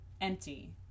Empty